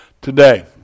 today